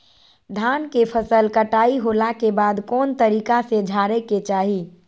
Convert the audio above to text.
धान के फसल कटाई होला के बाद कौन तरीका से झारे के चाहि?